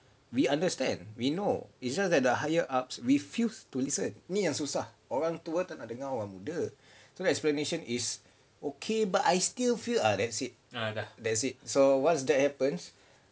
we understand we know it's just that the higher ups refuse to listen ni yang susah orang tua tak nak dengar orang muda so the explanation is okay but I still feel ah that's it that's it so once that happens